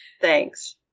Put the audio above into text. Thanks